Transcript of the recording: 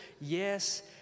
yes